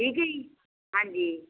ਠੀਕ ਹੈ ਜੀ ਹਾਂਜੀ